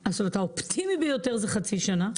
האופטימי ביותר זה חצי שנה.